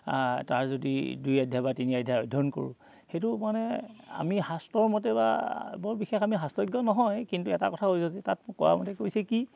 তাৰ যদি দুই আধ্যায় বা তিনি আধ্যায় অধ্যয়ন কৰোঁ সেইটো মানে আমি শাস্ত্ৰৰমতে বা বৰ বিশেষ আমি শাস্ত্ৰজ্ঞ নহয় কিন্তু এটা কথা হৈছে তাত কৰা মতে কৈছে কি